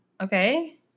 Okay